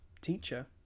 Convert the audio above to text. Teacher